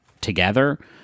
together